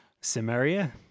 Samaria